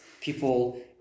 People